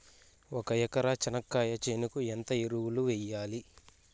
ఒక ఎకరా చెనక్కాయ చేనుకు ఎంత ఎరువులు వెయ్యాలి?